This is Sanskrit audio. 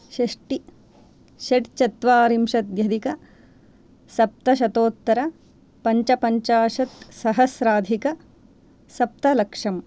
षष्टि षड्चत्वारिंशत्यधिकसप्तशतोत्तरपञ्चपञ्चाशत्सहस्राधिकसप्तलक्षम्